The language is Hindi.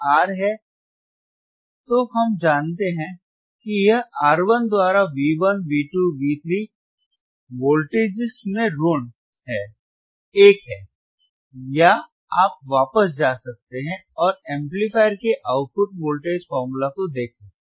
तो हम जानते हैं कि यह R1 द्वारा V1 V2 V3 वोल्टेजइस में ऋण माइनस 1 है या आप वापस जा सकते हैं और एम्पलीफायर के आउटपुट वोल्टेज फॉर्मूला को देख सकते हैं